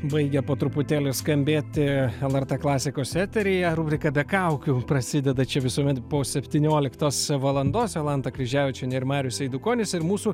baigia po truputėlį skambėti lrt klasikos eteryje rubrika be kaukių prasideda čia visuomet po septynioliktos valandos jolanta kryževičienė ir marius eidukonis ir mūsų